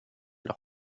leur